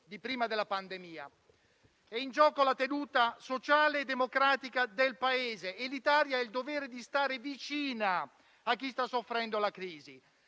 di prima della pandemia. È in gioco la tenuta sociale e democratica del Paese e l'Italia ha il dovere di stare vicina a chi sta soffrendo la crisi: